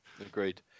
agreed